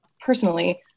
personally